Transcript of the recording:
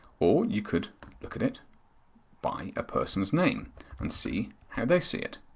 or you could look at it by a person's name and see how they see it.